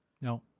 No